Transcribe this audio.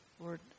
Lord